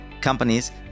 companies